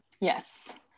Yes